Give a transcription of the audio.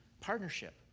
partnership